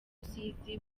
rusizi